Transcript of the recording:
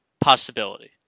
possibility